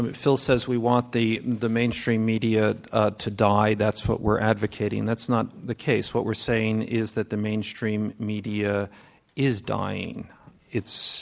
but phil says we want the the mainstream media to die, that's what we're advocating. that's not the case. what we're saying is that the mainstream media is dying. and it's,